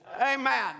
Amen